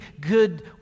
good